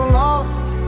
lost